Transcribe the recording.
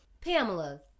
Pamela